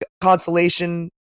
consolation